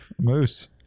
Moose